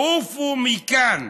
עופו מכאן,